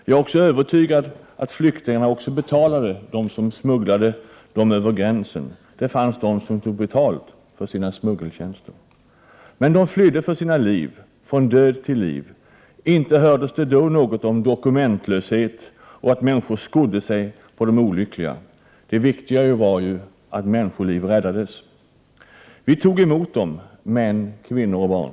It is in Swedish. Jag är också övertygad om att flyktingarna också betalade dem som smugglade dem över gränsen. Det fanns de som tog betalt för sina smuggeltjänster. Men de flydde för sina liv — från död till liv. Inte hördes det då något om dokumentlöshet och att människor skodde sig på de olyckliga. Det viktiga var att människoliv räddades. Vi tog emot dem — män, kvinnor och barn.